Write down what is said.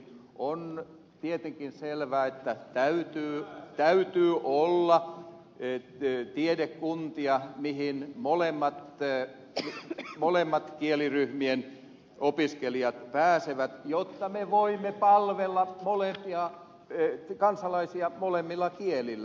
on tietenkin selvä että täytyy olla tiedekuntia mihin molempien kieliryhmien opiskelijat pääsevät jotta me voimme palvella kansalaisia molemmilla kielillä